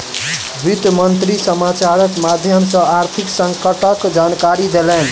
वित्त मंत्री समाचारक माध्यम सॅ आर्थिक संकटक जानकारी देलैन